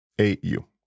A-U